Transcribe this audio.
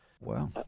Wow